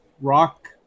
rock